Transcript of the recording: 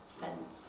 fence